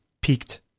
peaked